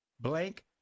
blank